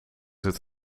het